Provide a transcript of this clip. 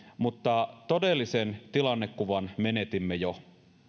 mutta todellisen tilannekuvan menetimme jo